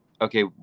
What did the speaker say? okay